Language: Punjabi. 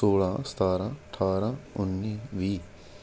ਸੌਲਾਂ ਸਤਾਰਾਂ ਅਠਾਰਾਂ ਉੱਨੀ ਵੀਹ